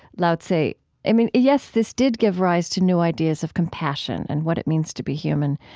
lao-tzu i mean, yes, this did give rise to new ideas of compassion and what it means to be human.